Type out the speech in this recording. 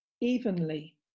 evenly